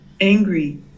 angry